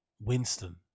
Winston